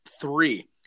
three